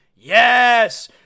Yes